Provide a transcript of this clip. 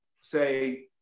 say